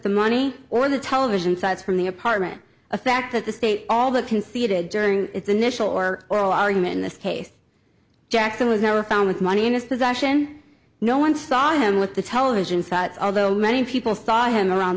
the money or the television sets from the apartment a fact that the state all the conceded during its initial or oral argument in this case jackson was never found with money in his possession no one saw him with the television sets although many people saw him around